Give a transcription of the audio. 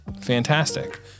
fantastic